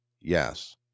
Yes